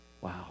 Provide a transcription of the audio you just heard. wow